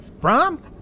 Brom